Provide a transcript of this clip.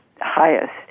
highest